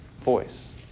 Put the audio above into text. voice